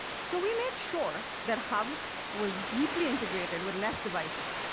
so we made sure that hub was deeply integrated with nest devices,